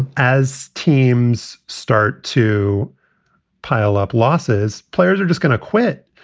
as teams start to pile up losses, players are just going to quit.